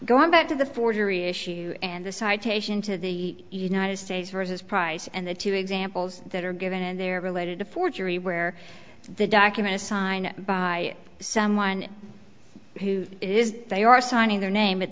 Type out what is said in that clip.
going back to the forgery issue and the citation to the united states versus price and the two examples that are given and they're related to forgery where the document is signed by someone who is they are signing their name